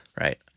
right